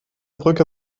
brücke